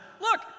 Look